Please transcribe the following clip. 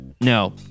no